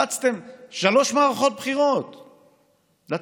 רצתם שלוש מערכות בחירות לציבור,